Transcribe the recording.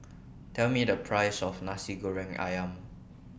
Tell Me The priceS of Nasi Goreng Ayam